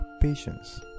patience